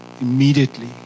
immediately